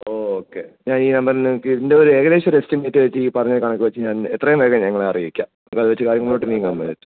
okay ഞാൻ ഈ number നിങ്ങൾക്കിതിൻ്റെ ഒരു ഏകദേശം ഒരു എസ്റ്റിമേറ്റായിട്ട് ഈ പറഞ്ഞ കണക്ക് വച്ച് ഞാൻ എത്രയും വേഗം നിങ്ങളെ അറിയിക്കാം നിങ്ങൾ അത് വച്ച് കാര്യങ്ങളോട്ട് നീങ്ങാൻ പറ്റും